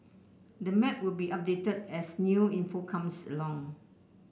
the map will be updated as new info comes along